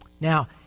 Now